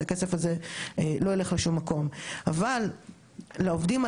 אבל לעובדים הללו שמגיע השבע שנים,